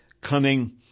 cunning